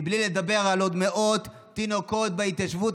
מבלי לדבר על עוד מאות תינוקות בהתיישבות